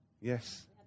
Yes